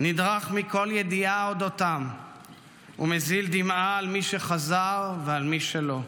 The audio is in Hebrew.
נדרך מכל ידיעה על אודותם ומזיל דמעה על מי שחזר ועל מי שלא.